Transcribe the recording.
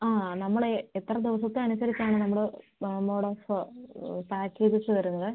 ആ നമ്മൾ എത്ര ദിവസത്തെ അനുസരിച്ചാണ് ആണ് നമ്മൾ പാക്കേജസ് വരുന്നത്